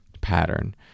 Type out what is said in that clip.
pattern